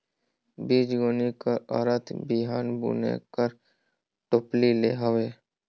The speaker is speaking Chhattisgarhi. बीजगोनी कर अरथ बीहन बुने कर टोपली ले हवे